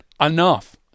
enough